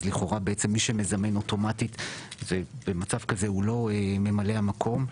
אז לכאורה בעצם מי שמזמן אוטומטית במצב כזה הוא לא ממלא המקום,